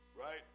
right